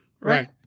right